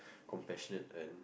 compassionate and